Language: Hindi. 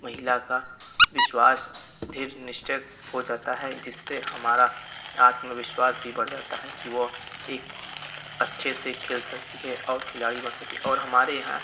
महिला का विश्वास दृढ़ निश्चय हो जाता है जिससे हमारा आत्मविश्वास भी बढ़ जाता है कि वो एक अच्छे से खेल सकती हैं और खिलाड़ी बन सकती है और हमारे यहाँ